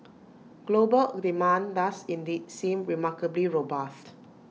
global demand does indeed seem remarkably robust